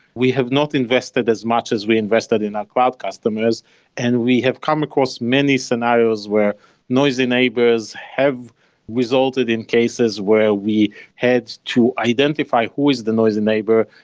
we have not invested as much as we invested in our cloud customers and we have come across many scenarios where noisy neighbors have resulted in cases where we had to identify who is the noisy neighbor,